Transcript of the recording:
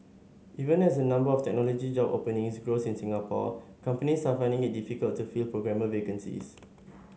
even as the number of technology job openings grows in Singapore companies are finding it difficult to fill programmer vacancies